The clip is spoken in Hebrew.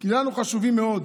כי לנו הם חשובים מאוד,